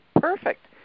perfect